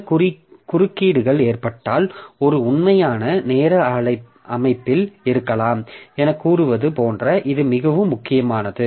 சில குறுக்கீடுகள் ஏற்பட்டால் ஒரு உண்மையான நேர அமைப்பில் இருக்கலாம் எனக் கூறுவது போன்ற இது மிகவும் முக்கியமானது